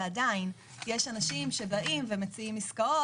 עדיין יש אנשים שבאים ומציעים עסקאות,